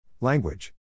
Language